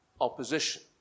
opposition